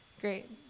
Great